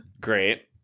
Great